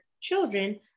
children